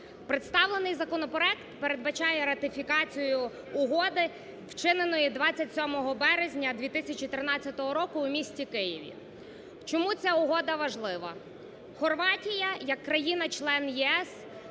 Представлений законопроект передбачає ратифікацію угоди, вчиненої 27 березня 2013 року у місті Києві. Чому ця угода важлива? Хорватія як країна-член ЄС,